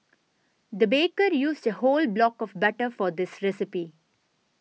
the baker used a whole block of butter for this recipe